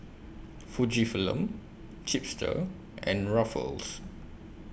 Fujifilm Chipster and Ruffles